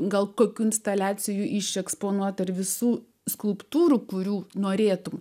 gal kokių instaliacijų iš eksponuoti ar visų skulptūrų kurių norėtumei